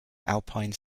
alpine